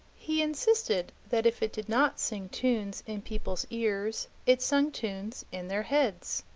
he insisted that if it did not sing tunes in people's ears, it sung tunes in their heads,